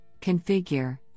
configure